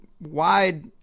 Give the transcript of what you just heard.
wide